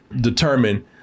determine